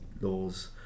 laws